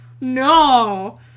No